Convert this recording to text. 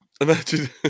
Imagine